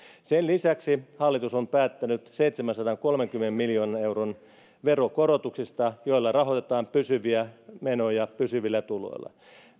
sen lisäksi hallitus on päättänyt seitsemänsadankolmenkymmenen miljoonan euron veronkorotuksista joilla rahoitetaan pysyviä menoja pysyvillä tuloilla